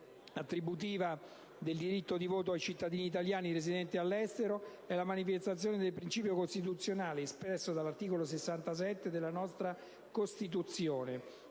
attributiva del diritto di voto ai cittadini italiani residenti all'estero è la manifestazione del principio costituzionale espresso dall'articolo 67 della nostra Costituzione